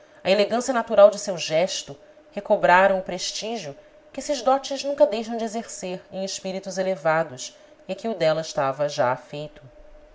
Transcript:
a elegância natural de seu gesto recobraram o prestígio que esses dotes nunca deixam de exercer em espíritos elevados e a que o dela estava já afeito